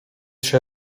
się